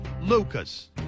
Lucas